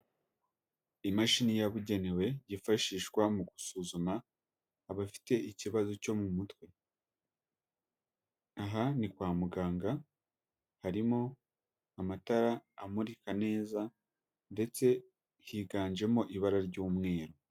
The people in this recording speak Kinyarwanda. Imashini yabugenewe yifashishwa mu gusuzuma abafite ikibazo cyo mu mutwe, aha ni kwa muganga harimo amatara amurika neza ndetse higanjemo ibara ry'umweru.